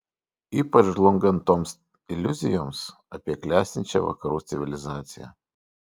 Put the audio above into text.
ypač žlungant toms iliuzijoms apie klestinčią vakarų civilizaciją